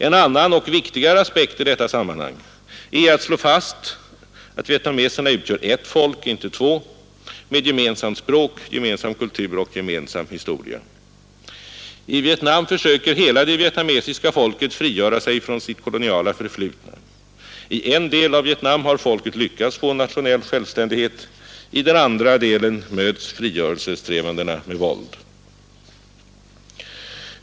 En annan och viktigare aspekt i detta sammanhang är att slå fast att vietnameserna utgör ett folk, inte två, med gemensamt språk, gemensam kultur och gemensam historia. I Vietnam försöker hela det vietnamesiska folket frigöra sig från sitt koloniala förflutna. I en del av Vietnam har folket lyckats få nationell självständighet. I den andra delen möts frigörelsesträvandena med våld.